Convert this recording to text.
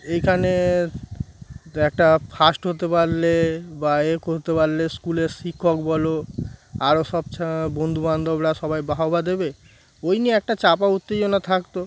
এইখানে একটা ফার্স্ট হতে পারলে বা এক হতে পারলে স্কুলের শিক্ষক বলো আরও সব বন্ধুবান্ধবরা সবাই বাহবা দেবে ওই নিয়ে একটা চাপা উত্তেজনা থাকতো